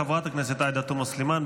חברת הכנסת עאידה תומא סלימאן.